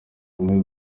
umwe